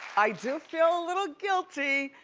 i do feel a little guilty.